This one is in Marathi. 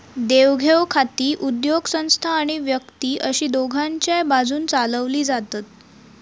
देवघेव खाती उद्योगसंस्था आणि व्यक्ती अशी दोघांच्याय बाजून चलवली जातत